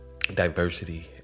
diversity